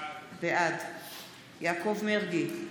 בעד יעקב מרגי,